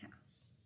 house